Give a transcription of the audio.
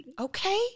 Okay